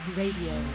radio